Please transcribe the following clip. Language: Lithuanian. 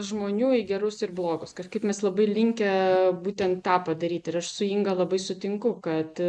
žmonių į gerus ir blogus kažkaip mes labai linkę būtent tą padaryt ir aš su inga labai sutinku kad